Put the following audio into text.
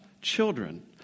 children